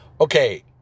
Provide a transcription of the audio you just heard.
Okay